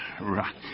Right